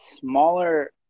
smaller